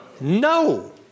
No